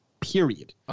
period